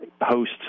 host